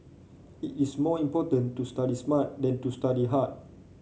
it is more important to study smart than to study hard